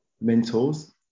mentors